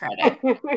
credit